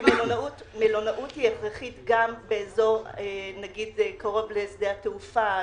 מלונאות היא הכרחית גם באזור קרוב לשדה התעופה,